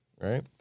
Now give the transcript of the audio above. right